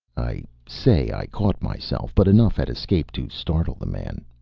i say i caught myself, but enough had escaped to startle the man.